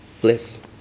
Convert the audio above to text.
bliss